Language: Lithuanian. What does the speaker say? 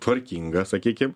tvarkinga sakykim